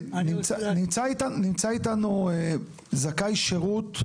נמצא איתנו זכאי שירות,